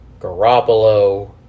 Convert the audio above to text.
Garoppolo